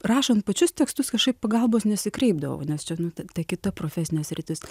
rašant pačius tekstus kažkaip pagalbos nesikreipdavau nes čia ta kita profesinė sritis